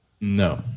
No